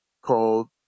called